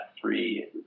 three